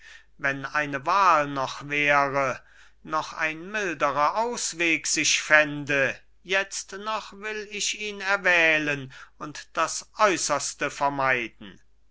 wenn eine wahl noch wäre noch ein milderer ausweg sich fände jetzt noch will ich ihn erwählen und das äußerste vermeiden